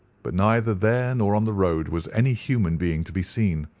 but neither there nor on the road was any human being to be seen.